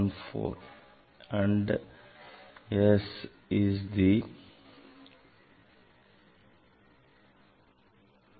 414 then S the 3 is square root of 3